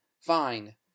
fine